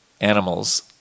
animals